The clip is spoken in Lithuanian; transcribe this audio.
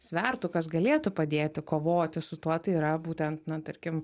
svertų kas galėtų padėti kovoti su tuo tai yra būtent na tarkim